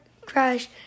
crash